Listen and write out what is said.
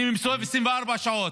אני מסתובב 24 שעות.